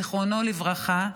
זיכרונו לברכה,